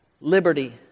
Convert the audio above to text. liberty